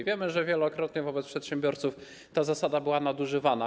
Wiemy, że wielokrotnie wobec przedsiębiorców ta zasada była nadużywana.